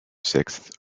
sixth